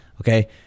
okay